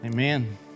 Amen